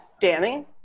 Danny